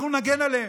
אנחנו נגן עליהם,